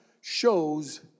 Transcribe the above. shows